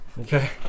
Okay